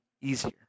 easier